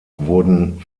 wurden